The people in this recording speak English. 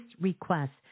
request